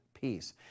peace